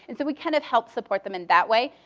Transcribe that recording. and so we kind of help support them in that way.